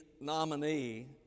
nominee